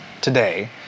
today